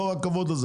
לא רכבות.